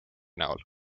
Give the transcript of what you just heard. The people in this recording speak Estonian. näol